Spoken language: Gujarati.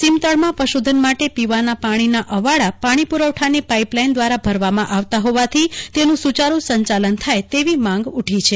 સીમતળમાં પશુધન માટે પીવાના પાણીના અવાડાપાણી પુરવઠાની પાઈપલાઈન દ્વારા ભરવામાં આવતા હોવાથી સુચારૂ સંચાલન થાય તેવી માંગ ઉઠી છે